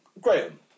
Graham